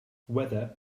whether